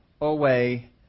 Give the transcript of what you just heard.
away